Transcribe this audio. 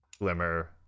Glimmer